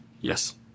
Yes